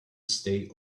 stay